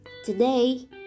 Today